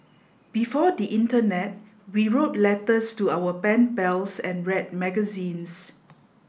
before the internet we wrote letters to our pen pals and read magazines